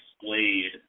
displayed